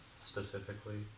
specifically